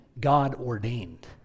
God-ordained